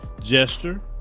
gesture